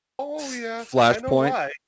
flashpoint